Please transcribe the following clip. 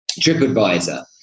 TripAdvisor